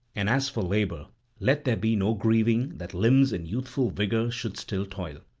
and as for labour let there be no grieving that limbs in youthful vigour should still toil.